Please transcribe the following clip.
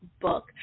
book